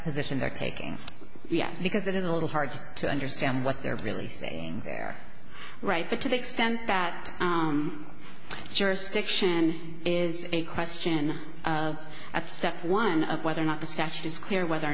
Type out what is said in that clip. position they're taking yes because it is a little hard to understand what they're really saying they're right but to the extent that jurisdiction is a question of at step one of whether or not the statute is clear whether